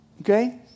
Okay